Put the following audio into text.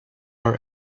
our